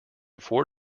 four